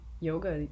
yoga